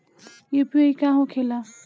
UPI का होके ला?